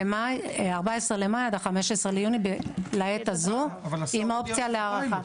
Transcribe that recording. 14.5 עד 15.6 לעת הזו עם אופציה להארכה.